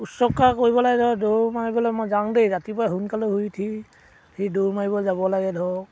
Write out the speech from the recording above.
উচৰ্গা কৰিব লাগে ধৰক দৌৰ মাৰিবলৈ মই যাওঁ দেই ৰাতিপুৱাই সোনকালে শুই উঠি সি দৌৰ মাৰিব যাব লাগে ধৰক